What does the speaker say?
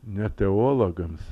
ne teologams